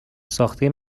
ساخته